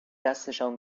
دستشان